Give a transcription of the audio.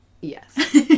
Yes